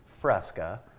Fresca